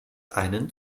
einen